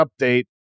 update